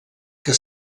que